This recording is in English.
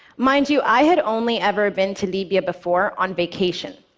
mind you, i had only ever been to libya before on vacation,